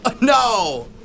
No